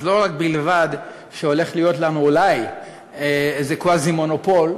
אז לא זו בלבד שהולך להיות לנו אולי איזה קווזי-מונופול,